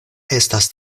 estas